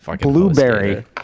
Blueberry